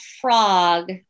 frog